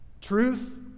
truth